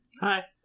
Hi